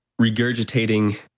regurgitating